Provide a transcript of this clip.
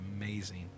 amazing